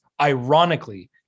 ironically